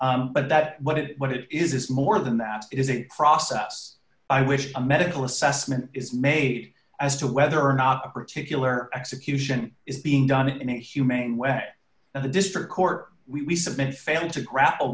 opioid but that what it what it is is more than that it is a process i wish the medical assessment is made as to whether or not a particular execution is being done in a humane way and the district court we have been failing to grapple